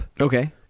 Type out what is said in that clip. Okay